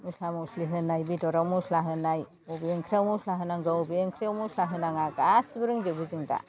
मस्ला मस्लि होनाय बेदराव मस्ला होनाय बबे ओंख्रियाव मस्ला होनांगौ बबे ओंख्रियाव मस्ला होनाङा गासिबो रोंजोबो जों दा